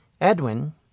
Edwin